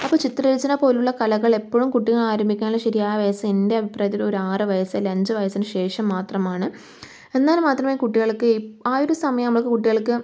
അപ്പോൾ ചിത്രരചന പോലുള്ള കലകൾ എപ്പഴും കുട്ടികൾ ആരംഭിക്കാനുള്ള ശരിയായ വയസ്സ് എൻ്റഭിപ്രായത്തിൽ ഒരാറ് വയസ്സ് അല്ലേ അഞ്ച് വയസ്സിന് ശേഷം മാത്രമാണ് എന്നാൽ മാത്രമേ കുട്ടികൾക്കീ ആ ഒര് സമയം ആകുമ്പോളേയ്ക്ക് കുട്ടികൾക്ക്